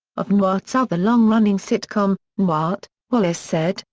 of newhart's other long-running sitcom, newhart, wallace said,